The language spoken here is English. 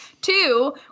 Two